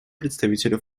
представителю